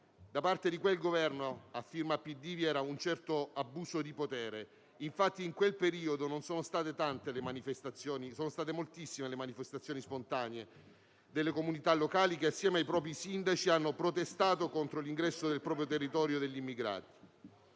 Da parte di quel Governo a firma PD vi era un certo abuso di potere. In quel periodo sono state moltissime le manifestazioni spontanee delle comunità locali che, assieme ai propri sindaci, hanno protestato contro l'ingresso nel proprio territorio degli immigrati.